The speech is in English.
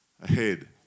ahead